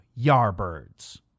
Yarbirds